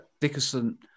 Dickerson